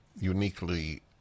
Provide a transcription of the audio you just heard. uniquely